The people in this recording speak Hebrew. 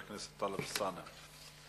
טלב אלסאנע.